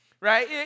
Right